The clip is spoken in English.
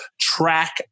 track